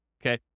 okay